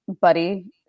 buddy